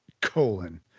Colon